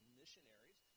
missionaries